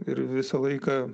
ir visą laiką